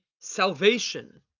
salvation